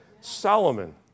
Solomon